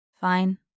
Fine